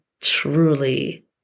truly